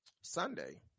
Sunday